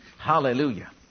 Hallelujah